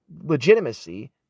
legitimacy